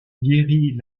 guérit